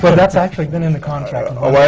but that's actually been in the contract oh,